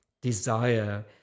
desire